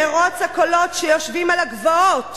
מירוץ הקולות שיושבים על הגבעות